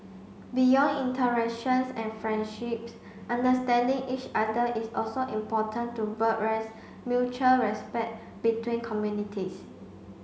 beyond interactions and friendships understanding each other is also important to mutual respect between communities